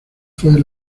fue